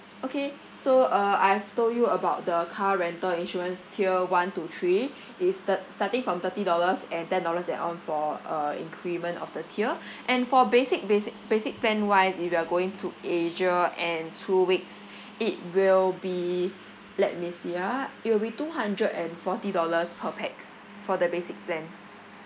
okay so uh I have told you about the car rental insurance tier one to three it is thirt~ starting from thirty dollars and ten dollars add on for uh increment of the tier and for basic basic basic plan wise if you are going to asia and two weeks it will be let me see ah it will be two hundred and forty dollars per pax for the basic plan